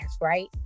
right